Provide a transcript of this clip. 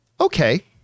Okay